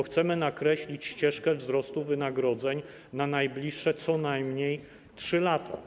Chcemy nakreślić ścieżkę wzrostu wynagrodzeń na najbliższe co najmniej 3 lata.